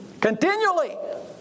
continually